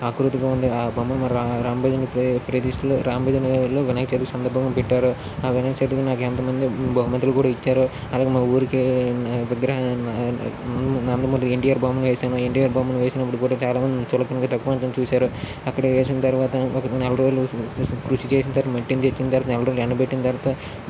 ఆకృతి బాగుంది ఆ బొమ్మలు రామ్ రామ్ భజనకి ప్రతిష్టిలో రామ భజనలో వినాయక చవితి సందర్భంగా పెట్టారు ఆ వినాయక చతుర్థికి నాకు ఎంతో మంది బహుమతులు కూడా ఇచ్చారు అలాగే మా ఊరికి విగ్రహం నందమూరి ఎన్టీఆర్ బొమ్మ వేశాను ఎన్టీఆర్ బొమ్మను వేసినప్పుడు కూడా చాలామంది చులకనగా తక్కువ అంచనా చూశారు అక్కడ వేసిన తర్వాత ఒక నెల రోజులు కృషి కృషి చేసిన తర్వాత మట్టిని తెచ్చిన తర్వాత నాలుగు రోజులు ఎండపెట్టిన తర్వాత